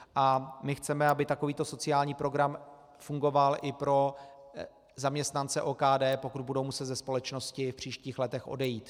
A my chceme, aby takovýto sociální program fungoval i pro zaměstnance OKD, pokud budou muset ze společnosti v příštích letech odejít.